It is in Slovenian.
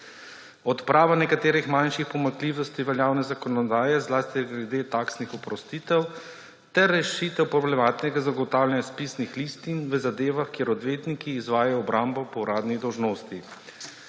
Odprava nekaterih manjših pomanjkljivosti veljavne zakonodaje, zlasti glede taksnih oprostitev, ter rešitev glede zagotavljanja spisnih listin v zadevah, kjer odvetniki izvajajo obrambo po uradni dolžnosti.